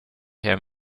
him